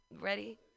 ready